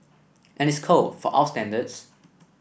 and it's cold for our standards